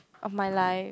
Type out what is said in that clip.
of my life